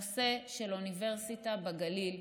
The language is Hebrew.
זה הנושא של אוניברסיטה בגליל.